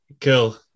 cool